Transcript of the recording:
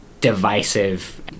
divisive